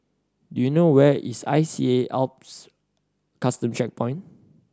do you know where is I C A Alps Custom Checkpoint